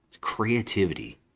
creativity